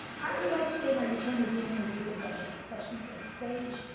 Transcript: i would like to say my return this evening is because i have an obsession for the stage.